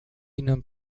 inom